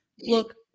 Look